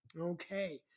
Okay